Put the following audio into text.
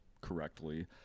correctly